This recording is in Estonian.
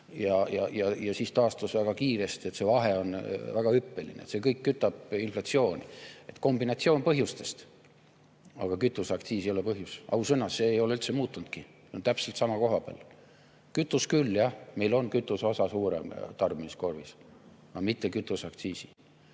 ja siis taastus väga kiiresti. See vahe on väga hüppeline. See kõik kütab inflatsiooni. See on kombinatsioon põhjustest. Aga kütuseaktsiis ei ole põhjus. Ausõna, see ei ole üldse muutunudki, see on täpselt sama koha peal. Kütus küll, jah. Meil on kütuse osa suurem tarbimiskorvis, aga mitte kütuseaktsiisi